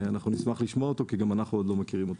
אנחנו נשמח לשמוע אותו כי גם אנחנו עוד לא מכירים אותו.